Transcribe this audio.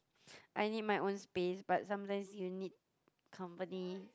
I need my own space but sometimes you need company